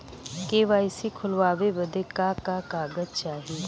KYC खोलवावे बदे का का कागज चाही?